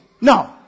No